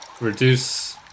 reduce